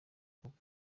kuko